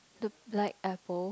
the the black apple